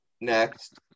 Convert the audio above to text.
Next